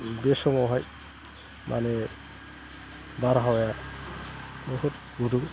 बे समावहाय माने बारहावाया बहुद गुदुं